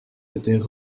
étaient